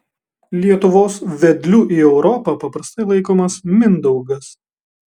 lietuvos vedliu į europą paprastai laikomas mindaugas